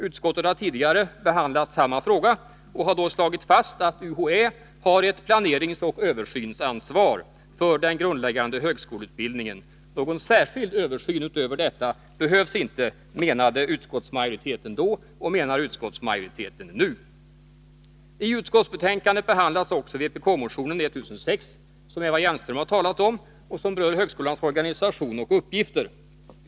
Utskottet har tidigare behandlat samma fråga och har då slagit fast att UHÄ har ett planeringsoch översynsansvar för den grundläggande högskoleutbildningen. Någon särskild översyn utöver detta behövs inte, menade utskottsmajoriteten förra gången frågan behandlades, och det menar utskottsmajoriteten också nu. I utskottsbetänkandet behandlas också vpk-motionen 1006, som Eva Hjelmström har talat om och som berör högskolans organisation och uppgifter.